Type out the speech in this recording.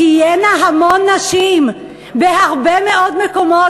תהיינה המון נשים בהרבה מאוד מקומות,